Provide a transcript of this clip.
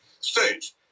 stage